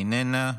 איננה,